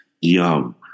yum